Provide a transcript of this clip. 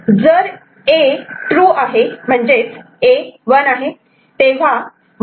जर A true आहे म्हणजेच A 1 तेव्हा Y B